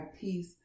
peace